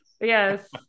Yes